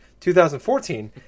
2014